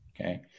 Okay